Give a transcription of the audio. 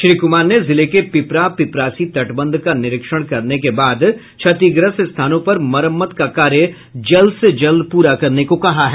श्री कुमार ने जिले के पिपरा पिपरासी तटबंध का निरीक्षण करने के बाद क्षतिग्रस्त स्थानों पर मरम्मत का कार्य जल्द से जल्द पूरा करने को कहा है